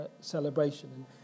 celebration